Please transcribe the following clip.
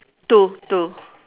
two two